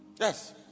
Yes